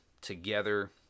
together